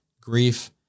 grief